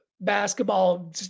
basketball